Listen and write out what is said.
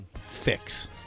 fix